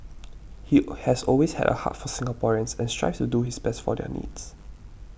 he has always had a heart for Singaporeans and strives to do his best for their needs